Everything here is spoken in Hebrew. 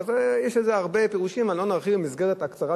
אז יש הרבה תשובות, אבל התשובה,